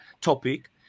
topic